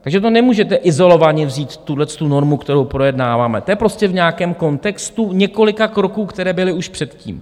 Takže nemůžete izolovaně vzít tuhle normu, kterou projednáváme, to je prostě v nějakém kontextu několika kroků, které byly už předtím.